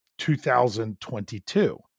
2022